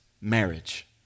marriage